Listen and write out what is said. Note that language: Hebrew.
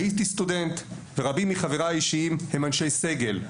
הייתי סטודנט ורבים מחבריי האישיים הם אנשי סגל,